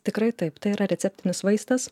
tikrai taip tai yra receptinis vaistas